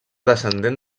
descendent